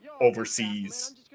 overseas